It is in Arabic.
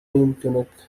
يمكنك